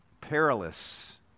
perilous